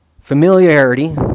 Familiarity